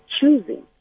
choosing